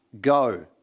Go